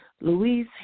Louise